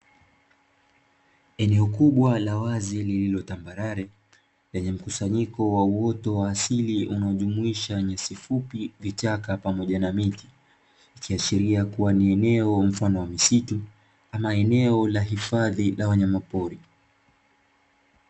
Eneo kubwa la wazi lililo tambarare lenye mkusanyiko wa uoto wa asili unaojumuisha nyasi fupi, vichaka pamoja na miti. Ikiashiria kuwa ni eneo mfano wa msitu ama eneo la hifadhi la wanyama pori.